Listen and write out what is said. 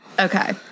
Okay